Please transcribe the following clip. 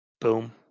boom